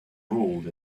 ruled